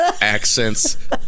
accents